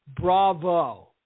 Bravo